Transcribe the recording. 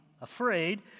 afraid